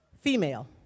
female